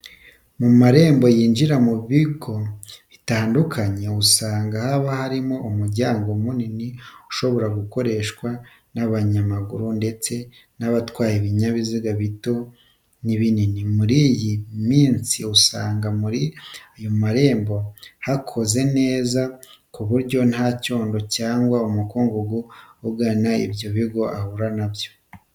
Mu marembo yinjira mu bigo bitandukanye usanga haba hari umuryango munini ushobora gukoreshwa n'abanyamaguru ndetse n'abatwaye ibinyabiziga bito n'ibinini. Muri iyi minsi usanga muri ayo marembo hakoze neza ku buryo nta cyondo cyangwa umukungugu ugana ibyo bigo ahura na byo.